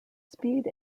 speed